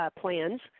plans